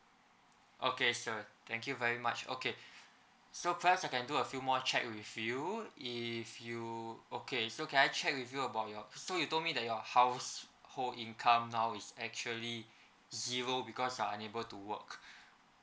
okay sir thank you very much okay so first I can do a few more check with you if you okay so can I check with you about your so you told me that your household income now it's actually zero because are unable to work